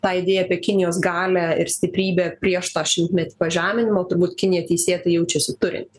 tą idėją apie kinijos galią ir stiprybę prieš tą šimtmetį pažeminimo turbūt kinija teisėtai jaučiasi turinti